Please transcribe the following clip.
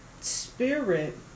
spirit